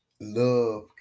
love